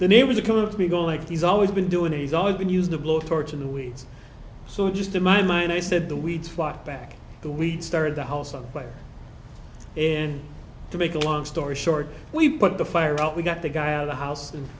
the neighbors come up to me go like he's always been doing it he's always been used to blowtorch in the weeds so just to my mind i said the weeds fight back the weed started the house on fire and to make a long story short we put the fire out we got the guy out of the house